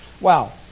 Wow